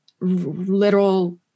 literal